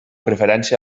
preferència